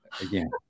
again